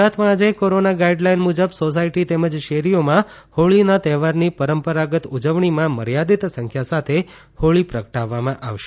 ગુજરાતમાં આજે corona guideline મુજબ સોસાયટી તેમજ શેરીઓમાં હોળીના તહેવારની પરંપરાગત ઉજવણીમાં મર્યાદિત સંખ્યા સાથે હોળી પ્રગટાવવામાં આવશે